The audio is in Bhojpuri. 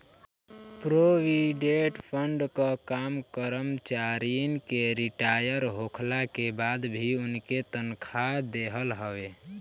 प्रोविडेट फंड कअ काम करमचारिन के रिटायर होखला के बाद भी उनके तनखा देहल हवे